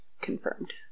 Confirmed